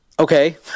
Okay